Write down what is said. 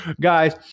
guys